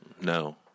No